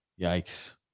yikes